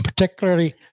Particularly